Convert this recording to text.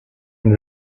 and